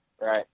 Right